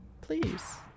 Please